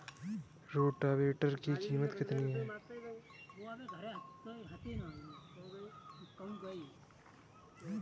Rotavator की कीमत कितनी है?